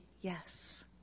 yes